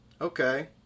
Okay